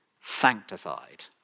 sanctified